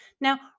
Now